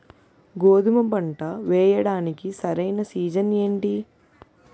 గోధుమపంట వేయడానికి సరైన సీజన్ ఏంటి?